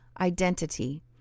identity